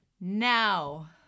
Now